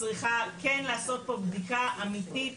צריכה כן לעשות פה בדיקה אמיתית,